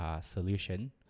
solution